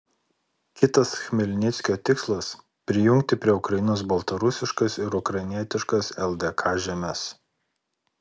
kitas chmelnickio tikslas prijungti prie ukrainos baltarusiškas ir ukrainietiškas ldk žemes